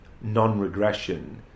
non-regression